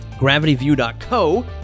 GravityView.co